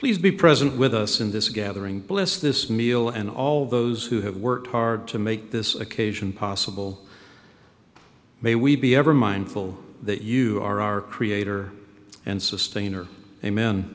please be present with us in this gathering bless this meal and all those who have worked hard to make this occasion possible may we be ever mindful that you are our creator and sustainer amen